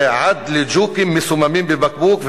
ועד לג'וקים מסוממים בבקבוק,